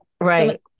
Right